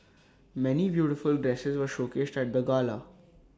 many beautiful dresses were showcased at the gala